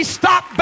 stop